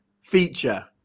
feature